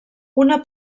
una